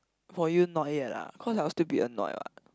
for you not yet lah cause I will still be annoyed what